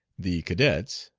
the cadets,